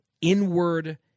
inward